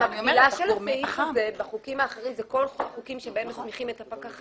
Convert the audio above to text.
המקבילה של הסעיף הזה היא בחוקים שמסמיכים את הפקחים,